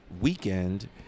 weekend